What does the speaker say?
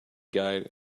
guide